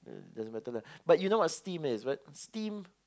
doesn't matter lah but you what steam is what steam